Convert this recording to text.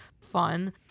fun